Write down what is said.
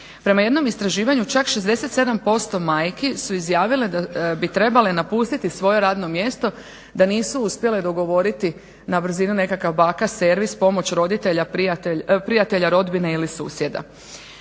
Prema jednom istraživanju čak 67% majki su izjavile da bi trebale napustiti svoje radno mjesto, da nisu uspjele dogovoriti na brzinu nekakav baka servis, pomoć roditelja, prijatelja, rodbine ili susjede.